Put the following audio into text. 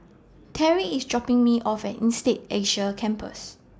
Terri IS dropping Me off At Insead Asia Campus